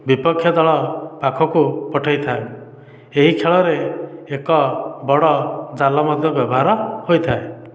ବିପକ୍ଷ ଦଳ ପାଖକୁ ପଠାଇଥାଏ ଏହି ଖେଳରେ ଏକ ବଡ଼ ଜାଲ ମଧ୍ୟ ବ୍ୟବହାର ହୋଇଥାଏ